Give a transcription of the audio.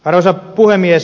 arvoisa puhemies